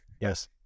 Yes